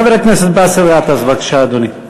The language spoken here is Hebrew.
חבר הכנסת באסל גטאס, בבקשה, אדוני.